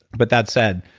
but that said,